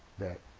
that